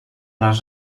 les